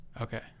Okay